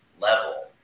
level